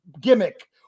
gimmick